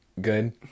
good